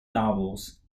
novels